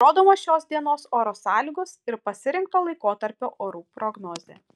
rodomos šios dienos oro sąlygos ir pasirinkto laikotarpio orų prognozė